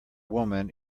woman